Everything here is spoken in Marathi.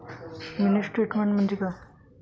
मिनी स्टेटमेन्ट म्हणजे काय?